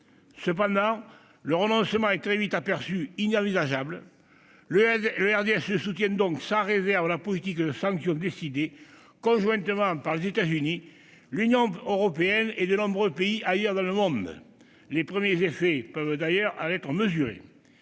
Cependant, le renoncement est très vite apparu inenvisageable. Le groupe du RDSE soutient donc sans réserve la politique de sanctions décidée conjointement par les États-Unis, l'Union européenne et de nombreux autres pays du monde. Les premiers effets peuvent déjà être mesurés.